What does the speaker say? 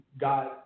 God